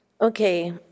Okay